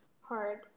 hard